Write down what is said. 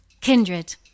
Kindred